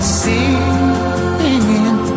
singing